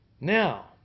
Now